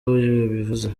yabivuze